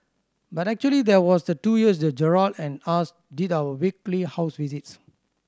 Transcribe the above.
but actually there was the two years that Gerald and us did our weekly house visits